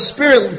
Spirit